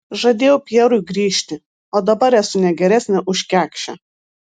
žadėjau pjerui grįžti o dabar esu ne geresnė už kekšę